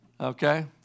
Okay